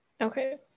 okay